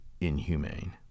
inhumane